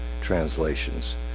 translations